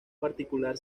particular